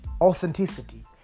authenticity